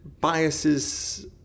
Biases